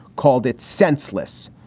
called it senseless.